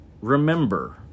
remember